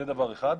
זה דבר אחד.